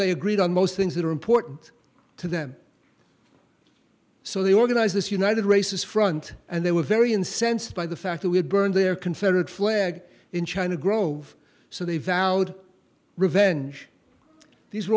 they agreed on most things that are important to them so they organized this united races front and they were very incensed by the fact that we had burned their confederate flag in china grove so they vowed revenge these